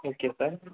okay sir